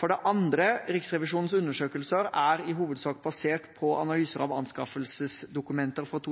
For det andre: Riksrevisjonens undersøkelser er i hovedsak basert på analyser av anskaffelsesdokumenter fra